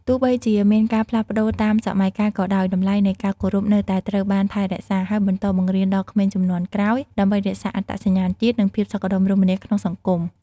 ទោះបីជាមានការផ្លាស់ប្ដូរតាមសម័យកាលក៏ដោយ តម្លៃនៃការគោរពនៅតែត្រូវបានថែរក្សា ហើយបន្តបង្រៀនដល់ក្មេងជំនាន់ក្រោយ ដើម្បីរក្សាអត្តសញ្ញាណជាតិ និងភាពសុខដុមរមនាក្នុងសង្គម។